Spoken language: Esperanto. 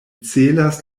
celas